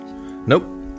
Nope